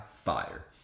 fire